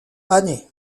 année